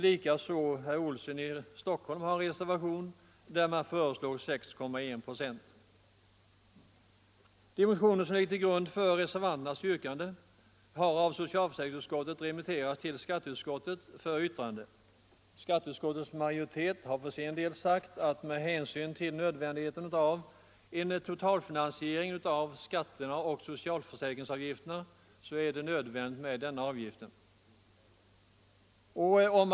Även herr Olsson i Stockholm har avgivit en reservation vari föreslås 6,1 procent. De motioner som ligger till grund för reservanternas yrkanden har av socialförsäkringsutskottet remitterats till skatteutskottet för yttrande. Skatteutskottets majoritet har för sin del sagt att för en totalfinansiering av den nu aktuella skatteoch avgiftsomläggningen är denna höjning nödvändig.